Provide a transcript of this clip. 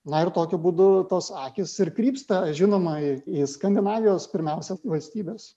na ir tokiu būdu tos akys ir krypsta žinoma į į skandinavijos pirmiausia valstybes